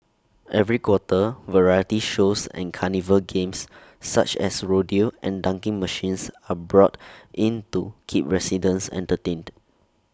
every quarter variety shows and carnival games such as rodeo and dunking machines are brought in to keep residents entertained